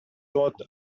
thought